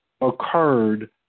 occurred